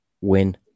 win